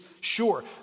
sure